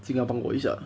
请他帮我一下